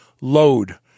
load